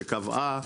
שקבעה